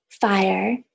fire